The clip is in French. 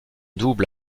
double